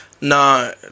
No